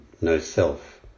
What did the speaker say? no-self